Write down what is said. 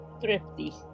thrifty